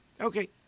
Okay